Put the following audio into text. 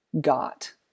got